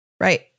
right